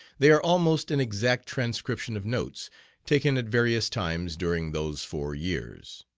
they are almost an exact transcription of notes taken at various times during those four years.